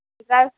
دس